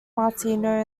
martino